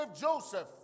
Joseph